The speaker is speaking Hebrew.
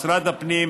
משרד הפנים,